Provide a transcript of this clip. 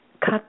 cut